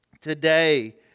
today